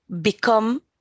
become